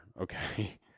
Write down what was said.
okay